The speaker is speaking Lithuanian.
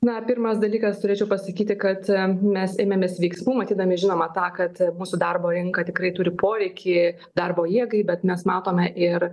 na pirmas dalykas turėčiau pasakyti kad mes ėmėmės veiksmų matydami žinoma tą kad mūsų darbo rinka tikrai turi poreikį darbo jėgai bet mes matome ir